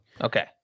Okay